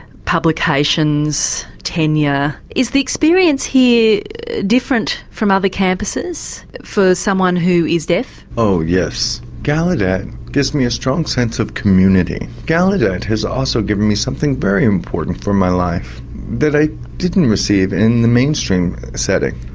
publications, tenure is the experience here different from other campuses for someone who is deaf? oh yes. gallaudet gives me a strong sense of community gallaudet has also given me something very important for my life that i didn't receive in the mainstream setting,